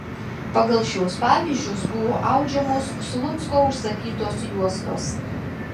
pagal šiuos pavyzdžius buvo audžiamos slucko užsakytos juostos